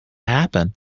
happened